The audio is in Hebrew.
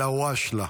אלהואשלה.